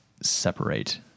separate